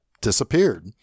disappeared